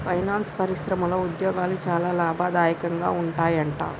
finance పరిశ్రమలో ఉద్యోగాలు చాలా లాభదాయకంగా ఉంటాయట